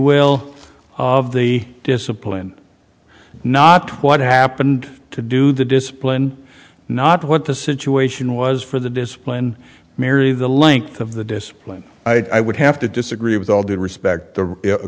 will of the discipline not what happened to do the discipline not what the situation was for the discipline marry the length of the discipline i would have to disagree with all due respect t